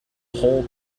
whole